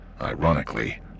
ironically